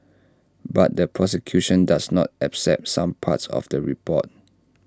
but the prosecution does not accept some parts of the report